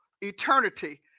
eternity